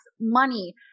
money